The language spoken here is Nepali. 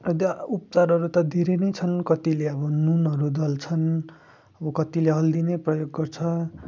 र उपचारहरू त धेरै नै छन् कतिले अब नुनहरू दल्छन् अब कतिले हल्दी नै प्रयोग गर्छ